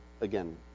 again